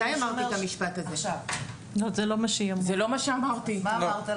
זה לא מה שאמרתי.